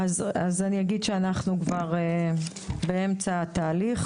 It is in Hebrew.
אנחנו נמצאים כבר באמצע התהליך.